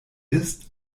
ist